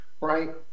right